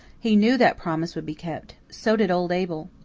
he knew that promise would be kept. so did old abel.